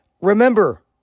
Remember